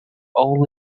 all